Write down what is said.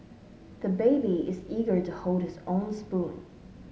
the baby is eager to hold his own spoon